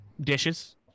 dishes